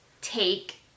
Take